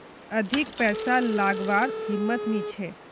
अधिक पैसा लागवार हिम्मत नी छे